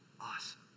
awesome